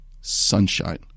sunshine